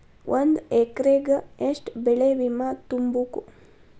ಒಂದ್ ಎಕ್ರೆಗ ಯೆಷ್ಟ್ ಬೆಳೆ ಬಿಮಾ ತುಂಬುಕು?